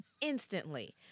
instantly